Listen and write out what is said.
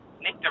Nick